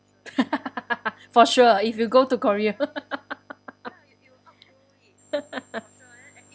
for sure if you go to korea